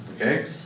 Okay